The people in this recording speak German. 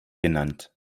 genannt